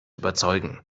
überzeugen